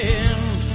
end